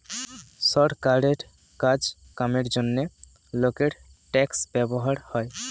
সরকারের কাজ কামের জন্যে লোকের ট্যাক্স ব্যবহার হয়